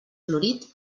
florit